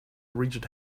rigid